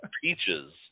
peaches